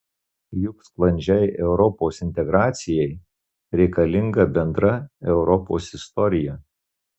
juk sklandžiai europos integracijai reikalinga bendra europos istorija